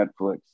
Netflix